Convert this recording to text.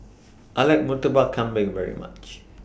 I like Murtabak Kambing very much